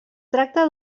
tracta